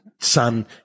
son